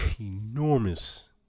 enormous